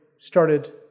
started